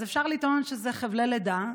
אז אפשר לטעון שאלו חבלי לידה,